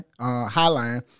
Highline